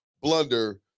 blunder